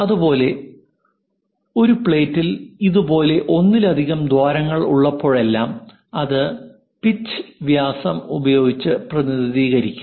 അതുപോലെ ഒരു പ്ലേറ്റിൽ ഇതു പോലെ ഒന്നിലധികം ദ്വാരങ്ങൾ ഉള്ളപ്പോഴെല്ലാം അത് പിച്ച് വ്യാസം ഉപയോഗിച്ചു പ്രതിനിധീകരിക്കും